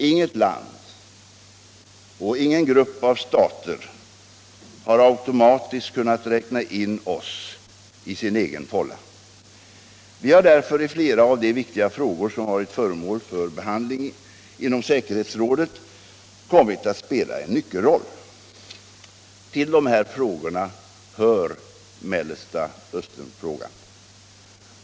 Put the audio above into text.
Inget land och ingen 75 grupp av stater har automatiskt kunnat räkna in oss i sin egen fålla. Vi har därför i flera av de viktiga frågor som varit föremål för behandling i säkerhetsrådet kommit att spela en nyckelroll. Till dessa frågor hör Mellanösternfrågan.